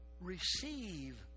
receive